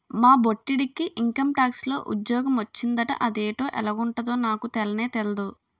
మా బొట్టిడికి ఇంకంటాక్స్ లో ఉజ్జోగ మొచ్చిందట అదేటో ఎలగుంటదో నాకు తెల్నే తెల్దు